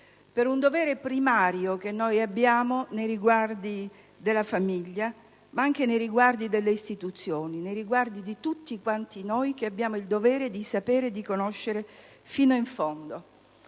per un dovere primario che abbiamo nei riguardi della famiglia, ma anche nei riguardi delle istituzioni e di tutti noi che abbiamo il dovere di sapere e conoscere la verità fino